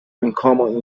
uncommon